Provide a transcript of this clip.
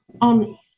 on